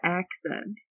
accent